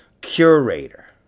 curator